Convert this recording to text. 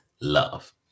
love